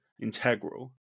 integral